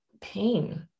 pain